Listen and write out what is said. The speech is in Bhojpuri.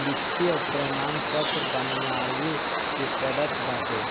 मृत्यु प्रमाणपत्र बनवावे के पड़त बाटे